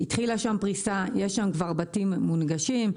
התחילה שם פריסה וכבר יש שם בתים מונגשים.